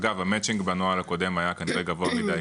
אגב המצ'ינג בנוהל הקודם היה כנראה גבוה מידי